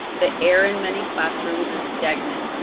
the air in many classrooms is stagnant,